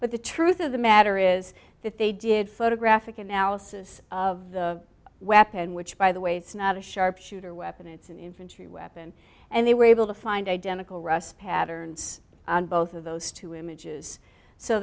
but the truth of the matter is that they did photographic analysis of the weapon which by the way it's not a sharpshooter weapon it's an infantry weapon and they were able to find identical rust patterns both of those two images so